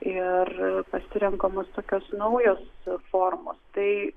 ir pasirenkamos tokios naujos formos tai